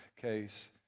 case